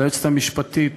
ליועצת המשפטית,